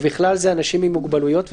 ובכלל זה אנשים עם מוגבלויות וקטינים.